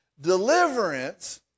Deliverance